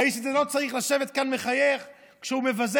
האיש הזה לא צריך לשבת כאן מחייך כשהוא מבזה